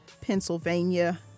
Pennsylvania